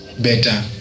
better